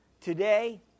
Today